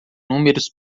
números